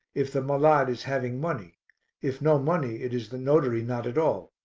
if the malade is having money if no money, it is the notary not at all.